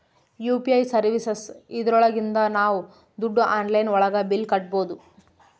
UPI services ಇದ್ರೊಳಗಿಂದ ನಾವ್ ದುಡ್ಡು ಆನ್ಲೈನ್ ಒಳಗ ಬಿಲ್ ಕಟ್ಬೋದೂ